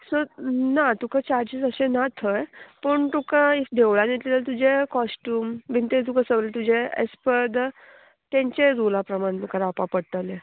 so ना तुका charges अशें ना थंय पूण तुका इफ देवळान येतले जाल्यार तुजे कॉस्ट्यूम बीन ते तुका सगळें तुजें एज पर द तेंचे रुला प्रमाण तुका रावपा पोडोटलें